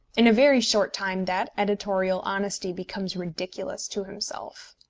in a very short time that editorial honesty becomes ridiculous to himself.